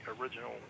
original